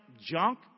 junk